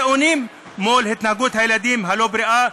אונים מול התנהגות הילדים הלא-בריאה,